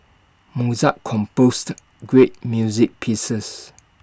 Mozart composed great music pieces